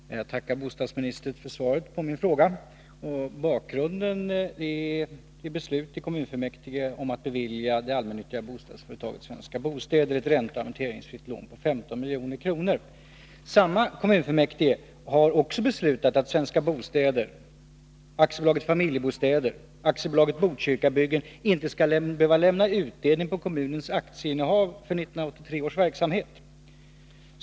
Herr talman! Jag tackar bostadsministern för svaret på min fråga. Bakgrunden till min fråga är ett beslut av kommunfullmäktige i Stockholm att bevilja det allmännyttiga bostadsföretaget Svenska Bostäder ett ränteoch amorteringsfritt lån på 15 milj.kr. Samma kommunfullmäktige har la subventionerna till hyreshus också beslutat att Svenska Bostäder, AB Familjebostäder och AB Botkyrkabyggen inte skall behöva lämna utdelning på kommunens aktieinnehav för 1983 års verksamhet.